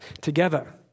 together